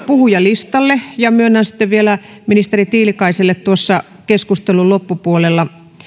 puhujalistalle ja myönnän vielä ministeri tiilikaiselle puheenvuoron keskustelun loppupuolella